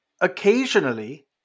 Occasionally